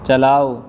چلاؤ